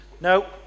no